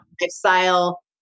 lifestyle